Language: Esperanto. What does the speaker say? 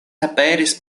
aperis